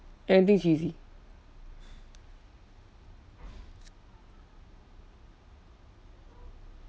anything cheesy